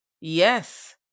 Yes